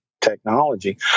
technology